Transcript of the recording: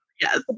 Yes